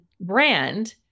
brand